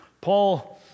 Paul